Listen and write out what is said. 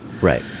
Right